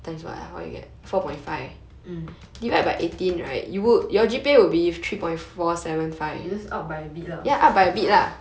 mm just up by a bit lah